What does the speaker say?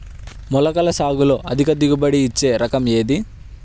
మొలకల సాగులో అధిక దిగుబడి ఇచ్చే రకం ఏది?